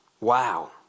Wow